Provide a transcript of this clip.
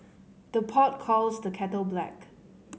the pot calls the kettle black